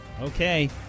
Okay